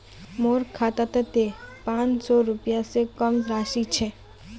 मोर खातात त पांच सौ रुपए स कम राशि छ